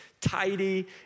tidy